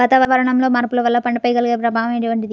వాతావరణంలో మార్పుల వల్ల పంటలపై కలిగే ప్రభావం ఎటువంటిది?